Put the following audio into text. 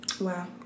Wow